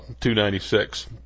.296